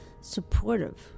supportive